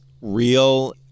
real